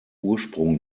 ursprung